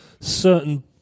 Certain